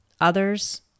others